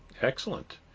Excellent